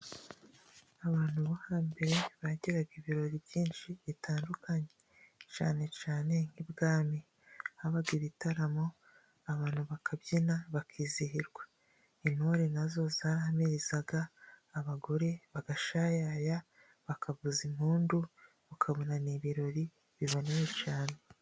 Abantu bo hambere bagiraga ibirori byinshi bitandukanye cyane cyane nk'ibwami, habaga ibitaramo abantu bakabyina bakizihirwa intore na zo zarahamirizaga ,abagore bagashayaya bakavuza impundu ,ukabona ni ibirori biboneye cyane.